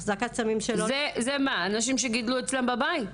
זה מה, אנשים שגידלו אצלם בבית?